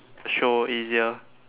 show easier